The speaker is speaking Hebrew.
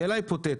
שאלה היפותטית.